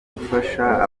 gufasha